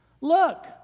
Look